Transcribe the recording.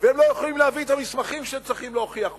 והם לא יכולים להביא את המסמכים שהם צריכים להוכיח אותם,